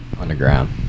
Underground